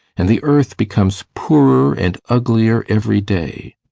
and the earth becomes poorer and uglier every day.